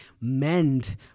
mend